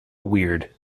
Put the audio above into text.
weird